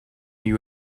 you